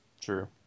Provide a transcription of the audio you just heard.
True